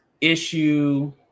issue